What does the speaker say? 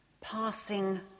passing